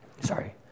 Sorry